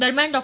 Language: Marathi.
दरम्यान डॉ